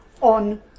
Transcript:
on